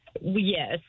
Yes